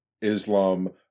Islam